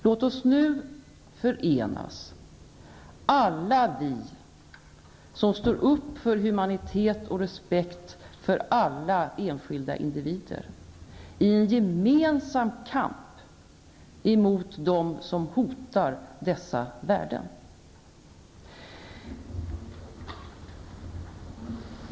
Låt oss nu, alla vi som står upp för humanitet och respekt för alla enskilda individer, förenas i en gemensam kamp emot dem som hotar dessa värden.